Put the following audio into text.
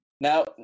Now